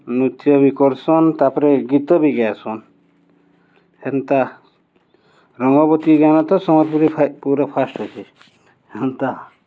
ନୃତ୍ୟ ବି କର୍ସନ୍ ତା'ପରେ ଗୀତ ବି ଗାଏସନ୍ ହେନ୍ତା ରଙ୍ଗବତୀ ଗାନା ତ ସମ୍ବଲପୁରୀ ପୁରା ଫାଷ୍ଟ୍ ଅଛେ ହେନ୍ତା